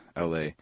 LA